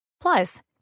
Plus